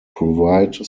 provide